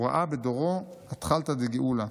הוא ראה בדורו 'אתחלתא דגאולה',